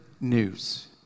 news